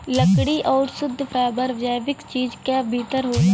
लकड़ी आउर शुद्ध फैबर जैविक चीज क भितर होला